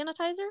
sanitizer